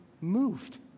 moved